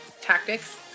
tactics